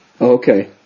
Okay